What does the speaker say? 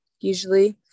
usually